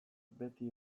beti